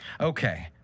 Okay